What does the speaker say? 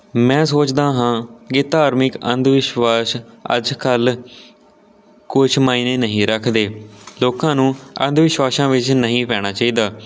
ਮੈਂ ਸੋਚਦਾ ਹਾਂ ਕਿ ਧਾਰਮਿਕ ਅੰਧ ਵਿਸ਼ਵਾਸ ਅੱਜ ਕੱਲ੍ਹ ਕੁਛ ਮਾਇਨੇ ਨਹੀਂ ਰੱਖਦੇ ਲੋਕਾਂ ਨੂੰ ਅੰਧ ਵਿਸ਼ਵਾਸਾਂ ਵਿੱਚ ਨਹੀਂ ਪੈਣਾ ਚਾਹੀਦਾ